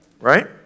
Right